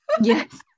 Yes